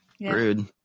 Rude